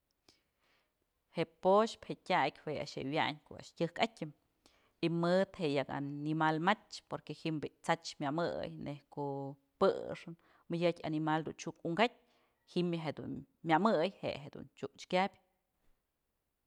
Je'e po'oxpë je'e tyak jue a'ax je'e wyañ ko'o a'ax tyëkatyën y mëd je'e yak animal mach porque ji'im bi'i t'sach myëmëy neyj ko'o pëxën tyjatyë animal dun chuk unkatyë ji'imyë dun myamëy je'e jedun chyuk kyabyë.